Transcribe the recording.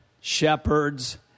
shepherds